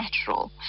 natural